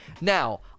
Now